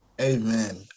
Amen